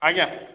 ଆଜ୍ଞା